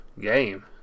game